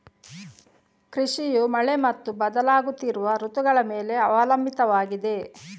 ಕೃಷಿಯು ಮಳೆ ಮತ್ತು ಬದಲಾಗುತ್ತಿರುವ ಋತುಗಳ ಮೇಲೆ ಅವಲಂಬಿತವಾಗಿದೆ